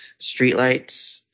streetlights